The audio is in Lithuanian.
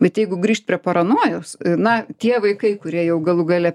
bet jeigu grįžt prie paranojos na tie vaikai kurie jau galų gale